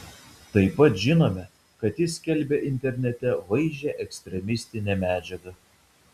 taip pat žinome kad jis skelbė internete vaizdžią ekstremistinę medžiagą